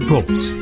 Gold